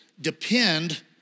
depend